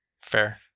fair